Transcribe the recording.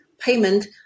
payment